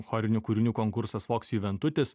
chorinių kūrinių konkursas foks juventutis